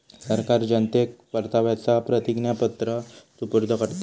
सरकार जनतेक परताव्याचा प्रतिज्ञापत्र सुपूर्द करता